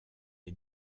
est